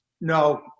no